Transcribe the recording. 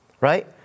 right